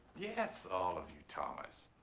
yes, all of you, thomas.